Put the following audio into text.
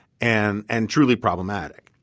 and and truly problematic.